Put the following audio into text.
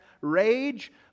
rage